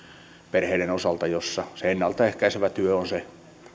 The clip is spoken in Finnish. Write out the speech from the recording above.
perheiden osalta joissa ennalta ehkäisevä työ on se